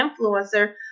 influencer